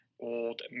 Old